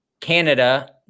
Canada